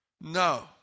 no